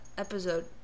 Episode